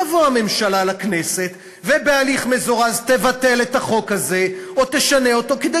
תבוא הממשלה לכנסת ובהליך מזורז תבטל את החוק הזה או תשנה אותו כדי